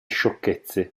sciocchezze